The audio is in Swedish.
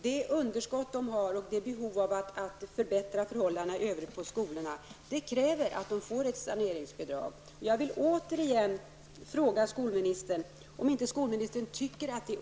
Deras underskott och de behov de har av att förbättra förhållandena i övrigt på skolorna kräver att de får ett saneringsbidrag. Waldorfskolorna.